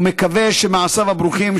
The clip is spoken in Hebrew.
ומקווה שמעשיו הברוכים,